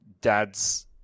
Dad's